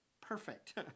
perfect